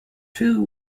two